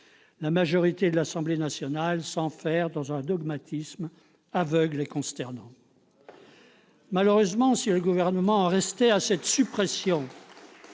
La majorité de l'Assemblée nationale s'enferre dans un dogmatisme aveugle et consternant. Si seulement le Gouvernement en restait à cette suppression